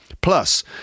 Plus